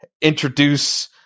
introduce